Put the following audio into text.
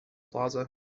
plaza